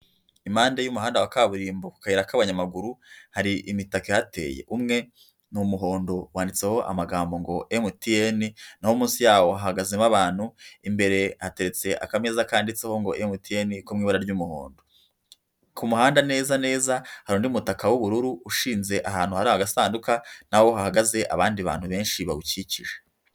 Impande y'umuhanda wa kaburimbo ku kayira k'abanyamaguru hari imitaka ihateye, umwe n'umuhondo wanditseho amagambo ngo emutiyene, n'aho munsi yawo hahagazemo abantu, imbere hateretse akameza kanditseho ngo emutiyene ko mu ibara ry'umuhondo, ku muhanda neza neza hari undi mutaka w'ubururu ushinze ahantu hari agasanduku n'aho hahagaze abandi bantu benshi bawukikije.